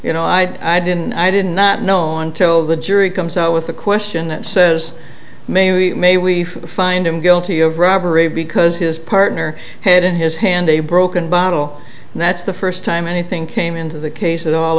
you know i didn't i did not know until the jury comes out with a question that says may we may we find him guilty of robbery because his partner had in his hand a broken bottle and that's the first time anything came into the case at all